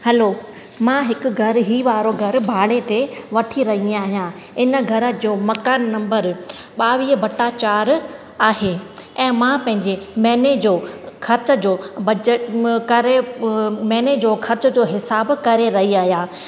hello मां हिकु घरु ही वारो घरु भाड़े ते वठी रही आहियां इन घर जो मकान नम्बर ॿावीह बट्टा चार आहे ऐं मां पंहिंजे महिने जो ख़र्च जो बज करे महिने जो ख़र्च जो हिसाबु करे रही आहियां